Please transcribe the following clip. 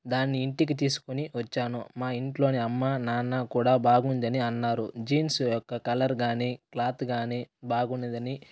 దాన్ని ఇంటికి తీసుకుని వచ్చాను మా ఇంట్లోనే అమ్మ నాన్న కూడా బాగుందని అన్నారు జీన్స్ యొక్క కలర్ కానీ క్లాత్ కానీ బాగుందని